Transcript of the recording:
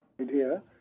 idea